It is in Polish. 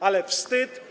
Ale wstyd.